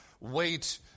Wait